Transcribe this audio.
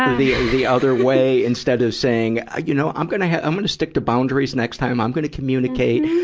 ah the, the other way, instead of saying, ah you know, i'm gonna i'm gonna stick to boundaries next time. i'm gonna communicate.